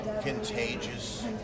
Contagious